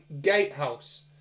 gatehouse